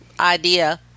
idea